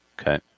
Okay